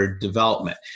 development